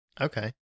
Okay